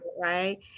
right